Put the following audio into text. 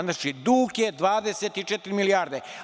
Znači, dug je 24 milijarde.